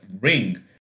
ring